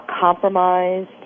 compromised